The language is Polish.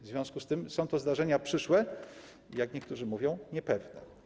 W związku z tym są to zdarzenia przyszłe, jak niektórzy mówią, niepewne.